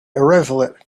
irresolute